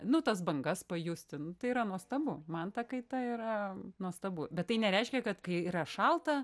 nu tas bangas pajusti nu tai yra nuostabu man ta kaita yra nuostabu bet tai nereiškia kad kai yra šalta